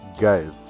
Guys